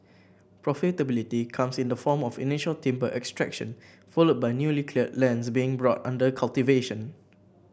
profitability comes in the form of initial timber extraction followed by newly cleared lands being brought under cultivation